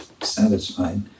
satisfied